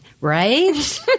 right